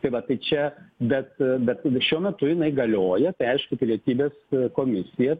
tai va tai čia bet bet šiuo metu jinai galioja tai aišku pilietybės komisija